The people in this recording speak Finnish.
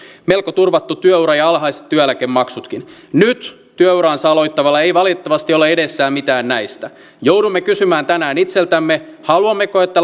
melko turvattu työura ja alhaiset työeläkemaksutkin nyt työuraansa aloittavalla ei valitettavasti ole edessään mitään näistä joudumme kysymään tänään itseltämme haluammeko että